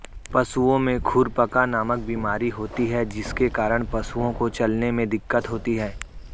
पशुओं में खुरपका नामक बीमारी होती है जिसके कारण पशुओं को चलने में दिक्कत होती है